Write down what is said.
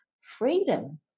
freedom